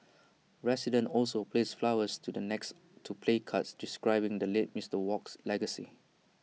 residents also placed flowers to the next to placards describing the late Mister Wok's legacy